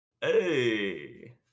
Hey